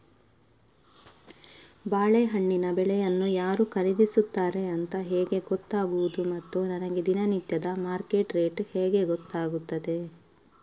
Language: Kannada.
ಬಾಳೆಹಣ್ಣಿನ ಬೆಳೆಯನ್ನು ಯಾರು ಖರೀದಿಸುತ್ತಾರೆ ಅಂತ ಹೇಗೆ ಗೊತ್ತಾಗುವುದು ಮತ್ತು ನನಗೆ ದಿನನಿತ್ಯದ ಮಾರ್ಕೆಟ್ ರೇಟ್ ಹೇಗೆ ಗೊತ್ತಾಗುತ್ತದೆ?